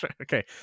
okay